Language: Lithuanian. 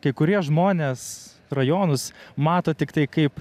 kai kurie žmonės rajonus mato tiktai kaip